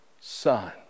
son